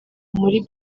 muri